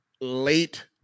late